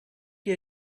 qui